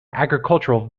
agricultural